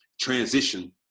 transition